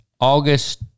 August